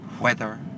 Weather